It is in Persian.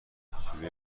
کوچولوی